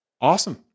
Awesome